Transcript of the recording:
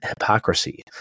hypocrisy